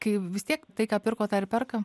kai vis tiek tai ką pirko tą ir perka